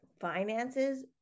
finances